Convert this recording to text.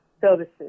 services